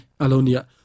alonia